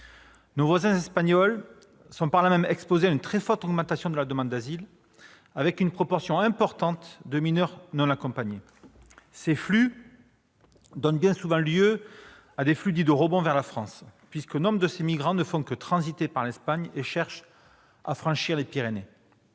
Nos voisins espagnols sont par là même exposés à une très forte augmentation de la demande d'asile, avec une proportion importante de mineurs non accompagnés. Ces migrations donnent bien souvent lieu à des flux dits « de rebond » vers la France, puisque nombre de ces migrants ne font que transiter par l'Espagne et cherchent à franchir les Pyrénées.